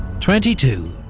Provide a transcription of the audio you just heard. twenty two.